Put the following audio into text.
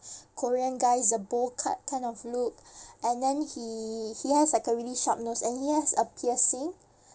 korean guys the bowl cut kind of look and then he he has like a really sharp nose and he has a piercing